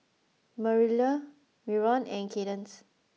Marilla Myron and Kaydence